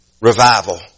revival